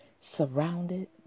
surrounded